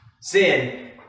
Sin